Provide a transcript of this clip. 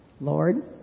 Lord